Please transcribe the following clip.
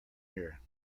here